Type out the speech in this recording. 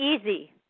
easy